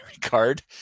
card